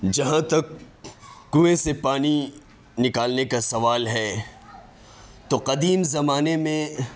جہاں تک کنویں سے پانی نکالنے کا سوال ہے تو قدیم زمانے میں